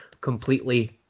completely